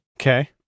Okay